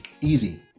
Easy